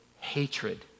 hatred